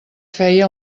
feia